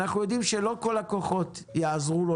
אנחנו יודעים שלא כל הכוחות יעזרו לו